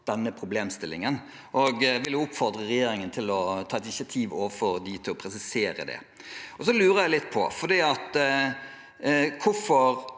denne problemstillingen, og jeg vil oppfordre regjeringen til å ta et initiativ overfor dem til å presisere det. Så lurer jeg litt på hvorfor